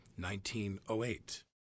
1908